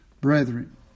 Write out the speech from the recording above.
brethren